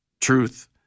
truth